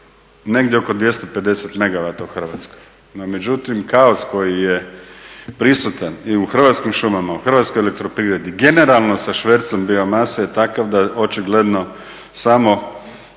negdje oko 250 megawata u Hrvatskoj, no međutim kaos koji je prisutan i u Hrvatskim šumama u HEP-u generalno sa švercom biomase je takav da očigledno samo